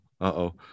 uh-oh